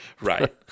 Right